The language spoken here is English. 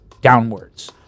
downwards